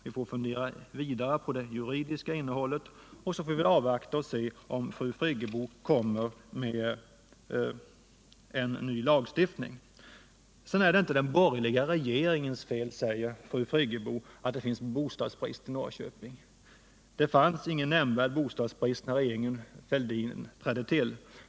Vi får fundera vidare på det juridiska innehållet och så får vi avvakta och se om fru Friggebo kommer med en ny lagstiftning. Det är inte den borgerliga regeringens fel, säger fru Friggebo, att det finns bostadsbrist i Norrköping. Det fanns ingen nämnvärd bostadsbrist när regeringen Fälldin trädde till.